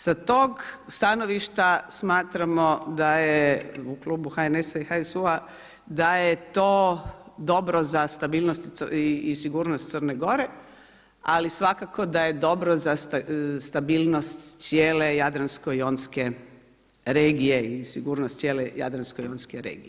Sa tog stanovišta smatramo da je u klubu HNS-a i HSU-a da je to dobro za stabilnost i sigurnost Crne Gore, ali svakako da je dobro za stabilnost cijele Jadransko-jonske regije i sigurnost cijele Jadransko-jonske regije.